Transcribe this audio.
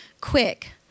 quick